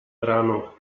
brano